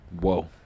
Whoa